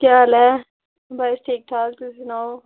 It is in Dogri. केह् हाल ऐ बस ठीक ठाक तुस सनाओ